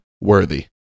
worthy